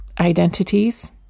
identities